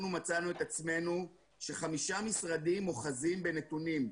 אנחנו מצאנו את עצמנו שחמישה משרדים אוחזים בנתונים,